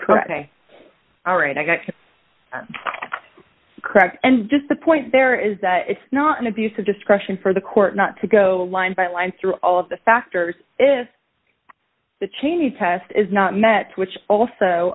correct all right i got correct and just the point there is that it's not an abuse of discretion for the court not to go to line by line through all of the factors if the cheney test is not met which also